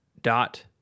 dot